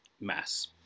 mass